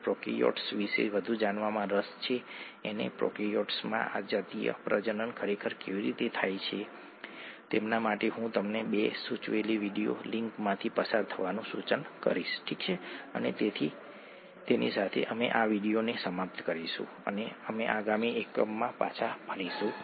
તેથી તે બાયોમોલેક્યુલ્સ પરની વાર્તા છે તે બાયોમોલેક્યુલ્સ પરનું મોડ્યુલ છે અને જ્યારે આપણે પછી મળીશું ત્યારે આપણે બીજું પાસું લઈશું